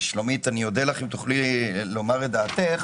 שלומית, אני אודה לך אם תוכלי לומר את דעתך.